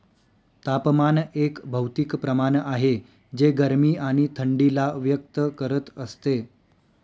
तापमान एक भौतिक प्रमाण आहे जे गरमी आणि थंडी ला व्यक्त करत असते